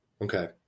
Okay